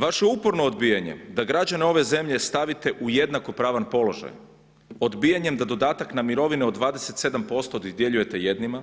Vaše uporno odbijanje da građane ove zemlje stavite u jednakopravan položaj, odbijanjem da dodatak na mirovine od 27% dodjeljujete jednima,